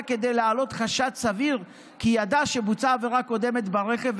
כדי להעלות חשד סביר כי ידע שבוצעה עבירה קודמת ברכב,